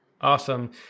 Awesome